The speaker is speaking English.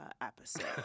episode